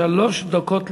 שלוש דקות לרשותך.